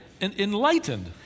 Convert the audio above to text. Enlightened